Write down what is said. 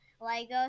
Lego